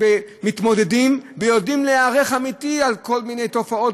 מתמודדים ויודעים להיערך באמת לכל מיני תופעות,